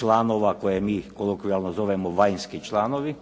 članova koje mi kolokvijalno zovemo vanjski članovi,